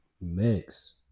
mix